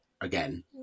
again